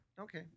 Okay